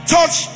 Touch